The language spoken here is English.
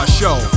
show